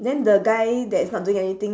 then the guy that is not doing anything